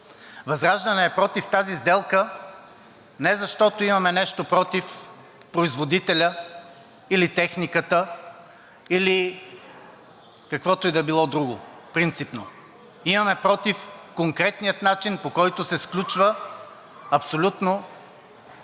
ВЪЗРАЖДАНЕ е против тази сделка не защото имаме нещо против, производителя или техниката, или каквото и да било друго, принципно. Имаме против конкретния начин, по който се сключва абсолютно